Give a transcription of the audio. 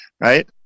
Right